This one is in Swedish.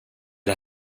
det